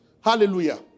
Hallelujah